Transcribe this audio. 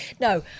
No